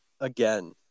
again